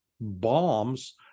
bombs